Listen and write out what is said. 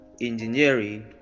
engineering